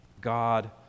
God